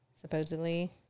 supposedly